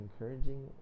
encouraging